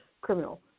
criminal